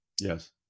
Yes